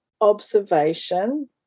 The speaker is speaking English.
observation